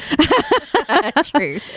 true